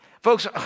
folks